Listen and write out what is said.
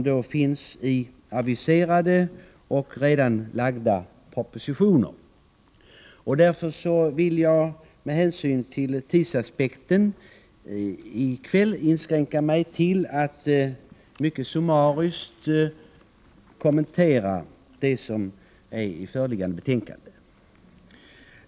Förslag finns i aviserade och redan framlagda propositioner. Därför vill jag, med hänsyn till tidsaspekten, i kväll inskränka mig till att mycket summariskt kommentera innehållet i föreliggande betänkande.